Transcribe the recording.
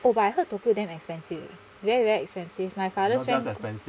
oh but I heard tokyo damn expensive very very expensive my father's friend say